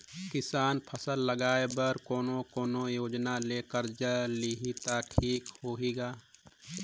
किसान फसल लगाय बर कोने कोने योजना ले कर्जा लिही त ठीक होही ग?